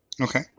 Okay